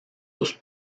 los